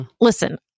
Listen